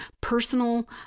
personal